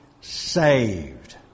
saved